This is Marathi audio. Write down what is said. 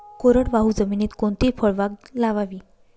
कोरडवाहू जमिनीत कोणती फळबाग लावावी?